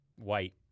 white